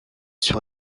sur